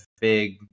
big